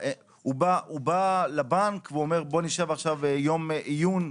הוא בא לבנק והוא אומר, בוא נשב עכשיו יום עיון?